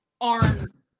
arms